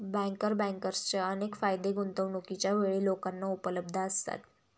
banker बँकर्सचे अनेक फायदे गुंतवणूकीच्या वेळी लोकांना उपलब्ध असतात